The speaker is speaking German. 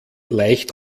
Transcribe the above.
leicht